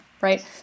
right